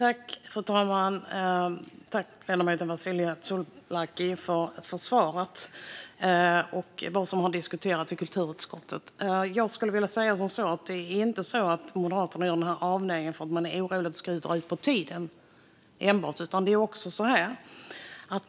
Fru talman! Tack, ledamoten Vasiliki Tsouplaki, för svaret! Nu vet vi vad som har diskuterats i kulturutskottet. Jag skulle vilja säga att Moderaterna inte gör den här avvägningen enbart för att vi är oroliga för att det ska dra ut på tiden.